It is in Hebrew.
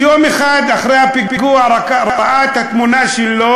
שיום אחד אחרי הפיגוע ראה את התמונה שלו